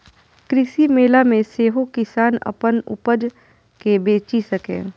कृषि मेला मे सेहो किसान अपन उपज कें बेचि सकैए